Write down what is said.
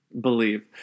believe